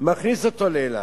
מכניס אותו לאילת.